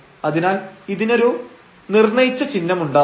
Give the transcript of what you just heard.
അതിനാൽ ഇതിനൊരു നിർണയിച്ച ചിഹ്നമുണ്ടാവും